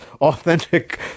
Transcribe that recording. authentic